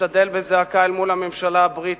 השתדל בזעקה אל מול הממשלה הבריטית,